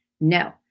no